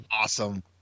Awesome